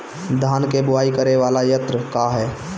धान के बुवाई करे वाला यत्र का ह?